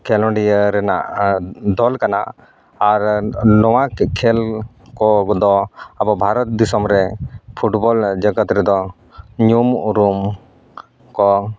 ᱠᱷᱮᱞᱚᱰᱤᱭᱟᱹ ᱨᱮᱱᱟᱜ ᱫᱚᱞ ᱠᱟᱱᱟ ᱟᱨ ᱱᱚᱣᱟ ᱠᱷᱮᱹᱞ ᱠᱚᱫᱚ ᱟᱵᱚ ᱵᱷᱟᱨᱚᱛ ᱫᱤᱥᱚᱢᱨᱮ ᱯᱷᱩᱴᱵᱚᱞ ᱡᱚᱜᱚᱛ ᱨᱮᱫᱚ ᱧᱩᱢ ᱩᱨᱩᱢ ᱠᱚ